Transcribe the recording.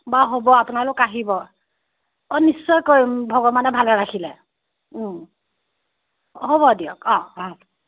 বাৰু হ'ব আপোনালোক আহিব অঁ নিশ্চয়কৈ ভগৱানে ভালে ৰাখিলে হ'ব দিয়ক অঁ অঁ